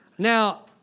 Now